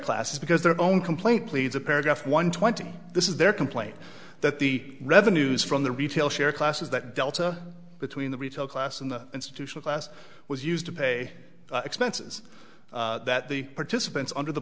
classes because their own complaint pleads a paragraph one twenty this is their complaint that the revenues from the retail share classes that delta between the retail class and the institutional class was used to pay expenses that the participants under the